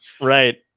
Right